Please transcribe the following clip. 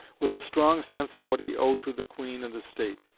with a strong sense of what he owed to the queen and the state,